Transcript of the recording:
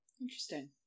interesting